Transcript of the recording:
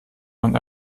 man